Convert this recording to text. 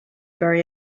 bury